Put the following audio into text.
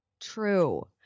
true